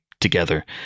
together